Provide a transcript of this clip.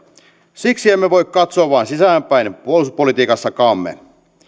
siksi emme voi katsoa vain sisäänpäin puolustuspolitiikassammekaan